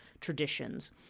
traditions